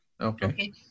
Okay